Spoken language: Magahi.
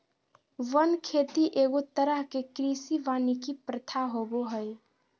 वन खेती एगो तरह के कृषि वानिकी प्रथा होबो हइ